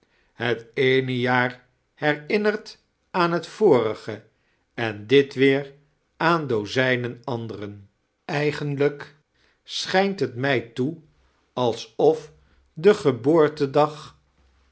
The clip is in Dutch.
het eene jaar harinnert aan het vorige en dit weer aan dozijnen andere eigenlij'k sehijnt het mij toe al'sof de geboartedag